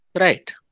Right